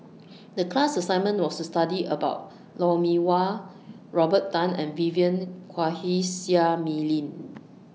The class assignment was to study about Lou Mee Wah Robert Tan and Vivien Quahe Seah Mei Lin